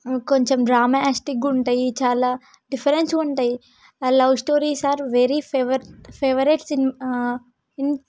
కొంచెం డ్రామాస్టిక్గా ఉంటాయి చాలా డిఫరెంట్స్గా ఉంటాయి love stories are very favour favourite cinema in